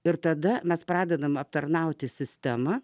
ir tada mes pradedame aptarnauti sistema